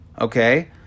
Okay